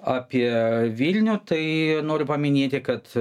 apie vilnių tai noriu paminėti kad